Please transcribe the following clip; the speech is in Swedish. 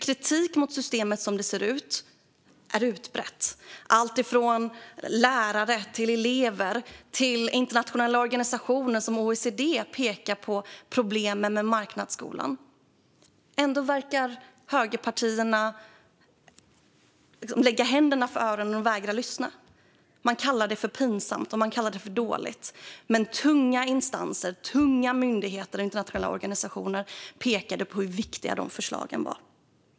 Kritiken mot systemet som det ser ut är utbredd - alla från lärare och elever till internationella organisationer som OECD pekar på problemen med marknadsskolan. Ändå verkar högerpartierna sätta händerna för öronen och vägra lyssna. Man kallar det pinsamt och dåligt, men tunga instanser, tunga myndigheter och internationella organisationer pekade på hur viktiga dessa förslag var.